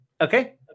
Okay